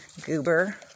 goober